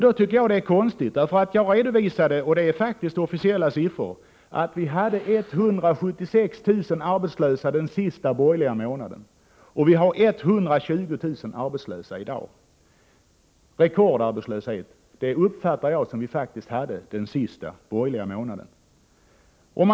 Det tycker jag är konstigt, eftersom jag faktiskt redovisade officiella siffror som visar att vi hade 176 000 arbetslösa den sista borgerliga månaden, och vi har 120 000 arbetslösa i dag. Jag uppfattar att rekordarbetslöshet är det vi hade den sista borgerliga månaden.